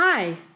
Hi